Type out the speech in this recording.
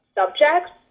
subjects